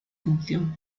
función